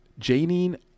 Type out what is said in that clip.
Janine